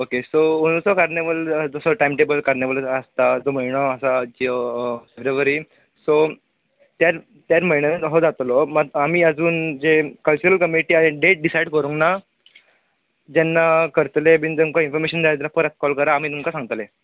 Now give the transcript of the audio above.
okay so अंदुचो carnival तसो time table कार्निवलाचो आसता तो म्हयनो आसा जो फेब्रुवरी सो त्या त्यात म्हयन्यान असो आसतलो मात आमी आजून जे कल्चरल कमीटीन डेट डिसायड करूंक ना जेन्ना करतले बीन तुमकां इन्फॅारमेशन जाय जाल्यार परत कॉल करा आमी तुमकां सांगतले